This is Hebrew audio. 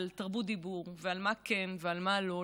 לתרבות הדיבור, ואל מה כן ואל מה לא.